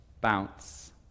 bounce